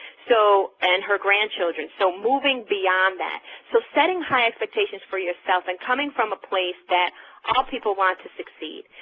so and her grandchildren, so moving beyond that, so setting high expectations for yourself and coming from a place that all people want to succeed,